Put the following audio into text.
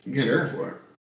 Sure